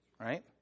right